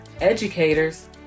educators